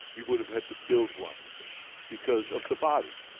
we would have had to build one because of the body.